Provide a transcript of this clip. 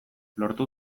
lortu